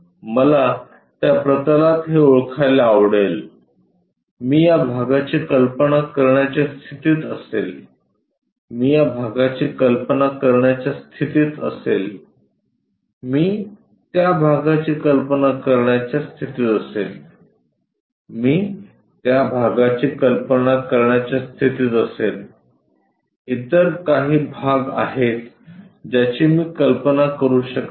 मला त्या प्रतलात हे ओळखायला आवडेल मी या भागाची कल्पना करण्याच्या स्थितीत असेल मी या भागाची कल्पना करण्याच्या स्थितीत असेल मी त्या भागाची कल्पना करण्याच्या स्थितीत असेल मी त्या भागाची कल्पना करण्याच्या स्थितीत असेल इतर काही भाग आहेत ज्याची मी कल्पना करू शकत नाही